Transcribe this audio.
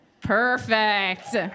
Perfect